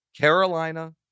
Carolina